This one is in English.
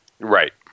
Right